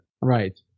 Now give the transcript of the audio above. Right